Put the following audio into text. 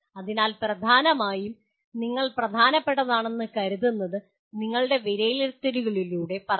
അതിനാൽ പ്രധാനമായും നിങ്ങൾ പ്രധാനപ്പെട്ടതാണെന്ന് കരുതുന്നത് നിങ്ങളുടെ വിലയിരുത്തലുകളിലൂടെ പറയുന്നു